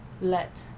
Let